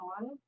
on